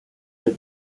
mit